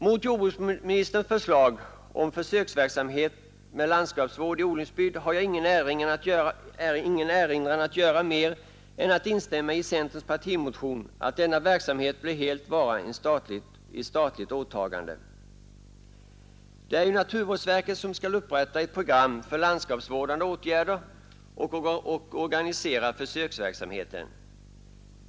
Mot jordbruksministerns förslag om försöksverksamhet med landskapsvård i odlingsbygd har jag ingen erinran att göra mer än att instämma i centerns partimotion att denna verksamhet bör helt vara ett statligt åtagande. Det är ju naturvårdsverket som skall upprätta ett program för landskapsvårdande åtgärder och organisera försöksverksamheten.